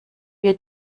wir